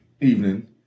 evening